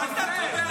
חוסך.